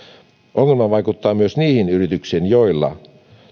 ongelma vaikuttaa myös niihin yrityksiin joilla